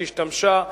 שהשתמשה,